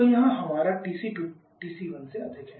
तो यहां हमारा TC2 TC1 से अधिक है